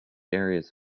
areas